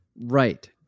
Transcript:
Right